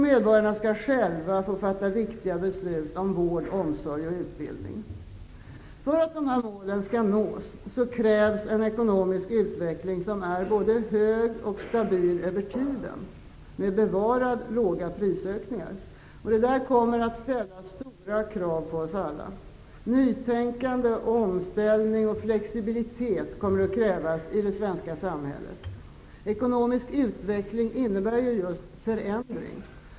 Medborgarna skall själva få fatta viktiga beslut om vård, omsorg och utbildning. För att de målen skall nås krävs en ekonomisk utveckling som är både hög och stabil över tiden -- med bevarat låga prisökningar. Det kommer att ställa stora krav på oss alla. Nytänkande, omställning och flexibilitet kommer att krävas i det svenska samhället. Ekonomisk utveckling innebär just förändring.